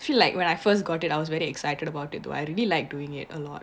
feel like when I first got it I was very excited about it though I really like doing it a lot